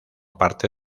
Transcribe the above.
parte